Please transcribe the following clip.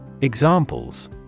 Examples